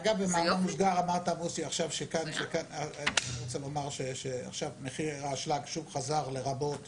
אגב, במאמר מוסגר, מחיר האשלג שוב חזר לרבות